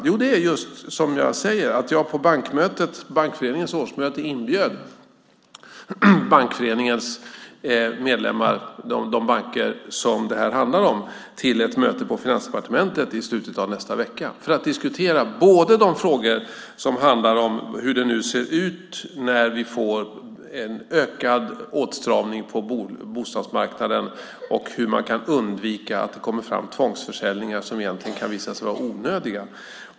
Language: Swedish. Jo, det är just som jag sade att jag på Bankföreningens årsmöte inbjöd föreningens medlemmar, de banker som det handlar om, till ett möte på Finansdepartementet i slutet av nästa vecka för att diskutera de frågor som handlar om hur det nu ser ut när vi får en ökad åtstramning på bostadsmarknaden och hur man kan undvika tvångsförsäljningar som kan visa sig vara onödiga.